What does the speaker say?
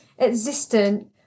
existent